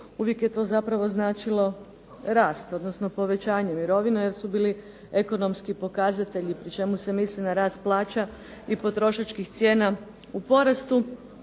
uvijek je to zapravo značilo rast, odnosno povećanje mirovine, jer su bili ekonomski pokazatelji, pri čemu se misli na rast plaća i potrošačkih cijena u porastu,